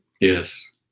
Yes